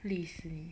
历史的